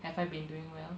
have I been doing well